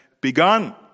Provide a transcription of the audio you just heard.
begun